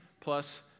plus